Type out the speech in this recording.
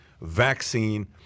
vaccine